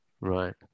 right